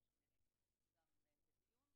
ביקש ממני גם לנהל את הדיון